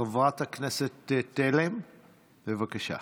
חברת הכנסת תלם, בבקשה.